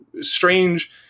strange